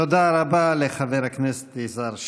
תודה רבה לחבר הכנסת יזהר שי.